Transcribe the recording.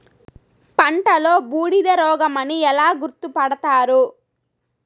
పంటలో బూడిద రోగమని ఎలా గుర్తుపడతారు?